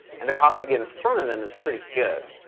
and the cost to get in front of them is pretty good.